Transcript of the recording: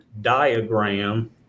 diagram